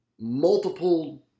multiple